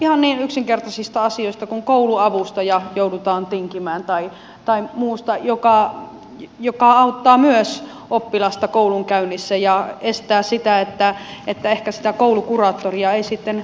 ihan niin yksinkertaisista asioista kuin kouluavustaja joudutaan tinkimään tai muusta joka auttaa myös oppilasta koulunkäynnissä ja mahdollistaa sen että ehkä sitä koulukuraattoria ei sitten tarvittaisikaan